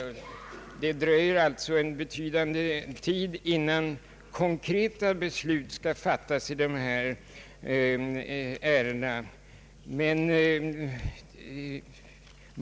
Det dröjer alltså länge innan konkreta beslut skall fattas i dessa ärenden. Herr talman!